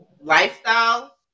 lifestyle